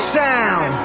sound